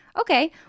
Okay